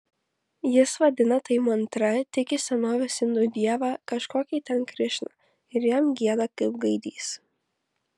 jis vadina tai mantra tiki senovės indų dievą kažkokį ten krišną ir jam gieda kaip gaidys